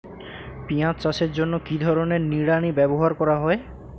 পিঁয়াজ চাষের জন্য কি ধরনের নিড়ানি ব্যবহার করা হয়?